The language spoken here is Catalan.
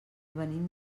venim